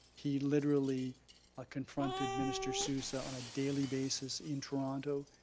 he literally ah confronted minister sousa on a daily basis in toronto.